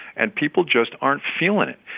and people just aren't feeling it.